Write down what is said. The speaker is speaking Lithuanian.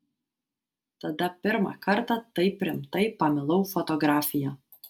tada pirmą kartą taip rimtai pamilau fotografiją